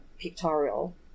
pictorial